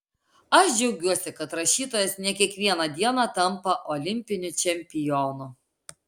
aš džiaugiuosi kad rašytojas ne kiekvieną dieną tampa olimpiniu čempionu